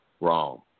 wrong